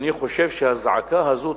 אני חושב שהזעקה הזאת,